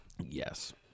Yes